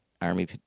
Army